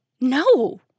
No